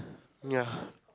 ya